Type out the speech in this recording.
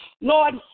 Lord